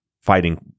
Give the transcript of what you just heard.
fighting